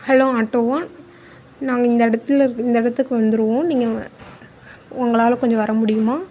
hello ஆட்டோவா நாங்கள் இந்த இடத்துல இந்த இடத்துக்கு வந்துடுவோம் நீங்கள் உங்களால் கொஞ்சம் வரமுடியுமா